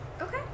Okay